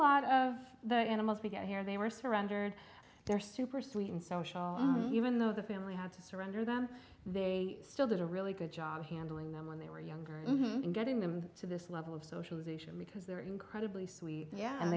lot of the animals we got here they were surrendered they're super sweet and social even though the family had to surrender them they still did a really good job of handling them when they were younger and getting them to this level of socialization because they're incredibly sweet